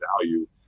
value